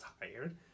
tired